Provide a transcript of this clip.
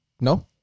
no